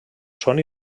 són